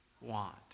want